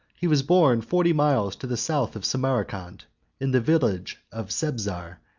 he was born forty miles to the south of samarcand in the village of sebzar,